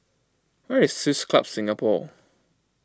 where is Swiss Club Singapore